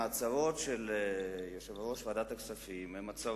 ההצהרות של יושב-ראש ועדת הכספים הן הצהרות,